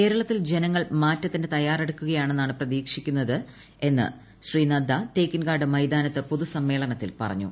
കേരളത്തിൽ മാറ്റത്തിന് തയ്യാറെടുക്കുകയാണെന്നാണ് ജനങ്ങൾ പ്രതീക്ഷിക്കുന്നതെന്ന് ശ്രീ നദ്ദ തേക്കിൻകാട് മൈതാനത്ത് പൊതുസമ്മേളനത്തിൽ പറഞ്ഞു